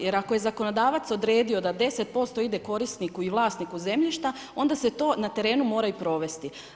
Jer ako je zakonodavac odredio da 10% ide korisniku i vlasniku zemljišta onda se to na terenu mora i provesti.